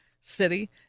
city